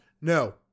No